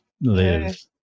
live